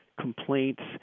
complaints